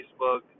Facebook